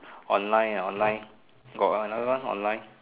online ah online got another one online